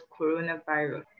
coronavirus